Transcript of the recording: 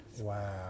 Wow